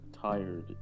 tired